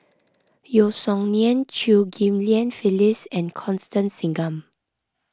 Yeo Song Nian Chew Ghim Lian Phyllis and Constance Singam